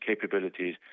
capabilities